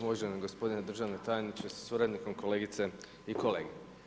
Uvaženi gospodine državni tajniče sa suradnikom, kolegice i kolege.